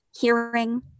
hearing